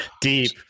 deep